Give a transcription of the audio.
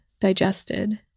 digested